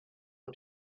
him